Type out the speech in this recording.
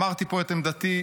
אמרתי פה את עמדתי,